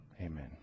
Amen